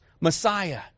Messiah